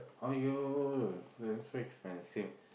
!aiyo! then so expensive